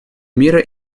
мира